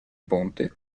ponte